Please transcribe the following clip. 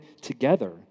together